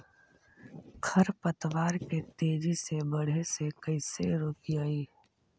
खर पतवार के तेजी से बढ़े से कैसे रोकिअइ?